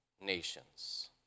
nations